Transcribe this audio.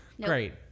Great